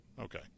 Okay